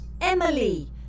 Emily